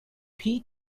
three